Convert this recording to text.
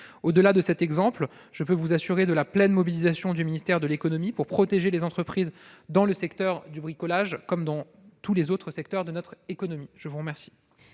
Au-delà de cet exemple, je peux vous assurer de la pleine mobilisation du ministère de l'économie et des finances pour protéger les entreprises dans le secteur du bricolage comme dans tous les autres secteurs de notre économie. La parole